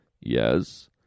Yes